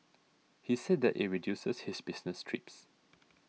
he said that it reduces his business trips